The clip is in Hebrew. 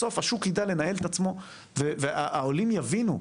בסוף השוק ידע לנהל את עצמו והעולים יבינו,